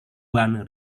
one